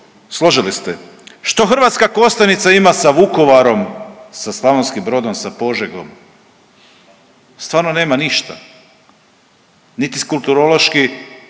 složili ste. Što Hrvatska Kostajnica ima sa Vukovarom, sa Slavonskim Brodom, sa Požegom? Stvarno nema niti kulturološki